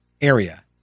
area